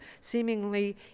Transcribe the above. seemingly